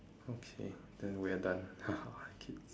okay then we're done